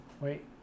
wait